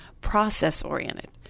process-oriented